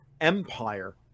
empire